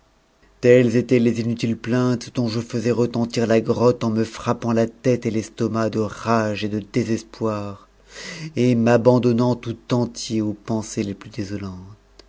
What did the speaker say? telles étaient les inutiles plaintes dont je faisais retentir la grotte en j jj appmit la tête et l'estomac de rage et de désespoir et m'abandonn mt tout entier aux pensées les plus